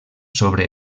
sobre